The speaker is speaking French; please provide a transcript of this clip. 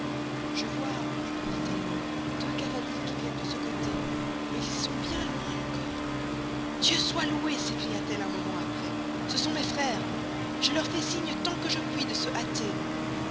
je vois répondit-elle deux cavaliers qui viennent de ce costé cy mais ils sont bien loin encore dieu soit loué s écria t elle un moment aprés ce sont mes freres je leur fais signe tant que je puis de se haster